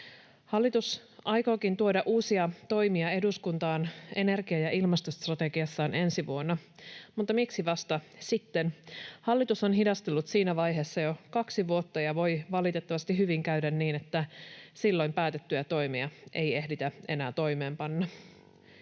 Hallitus aikookin tuoda uusia toimia eduskuntaan energia- ja ilmastostrategiassaan ensi vuonna, mutta miksi vasta sitten? Hallitus on hidastellut siinä vaiheessa jo kaksi vuotta, ja voi valitettavasti hyvin käydä niin, että silloin päätettyjä toimia ei ehditä enää toimeenpanna.